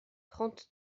trente